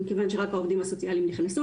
מכיוון שהעובדים הסוציאליים נכנסו